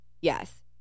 Yes